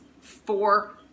four